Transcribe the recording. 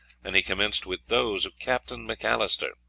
and he commenced with those of captain macalister,